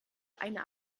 eine